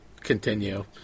continue